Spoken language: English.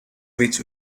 which